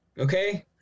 Okay